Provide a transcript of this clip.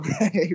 right